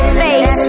face